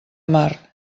mar